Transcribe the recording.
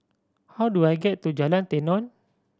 how do I get to Jalan Tenon